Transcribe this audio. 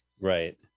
Right